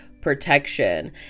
protection